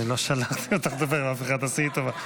אני לא שלחתי אותך לדבר עם אף אחד, עשי לי טובה.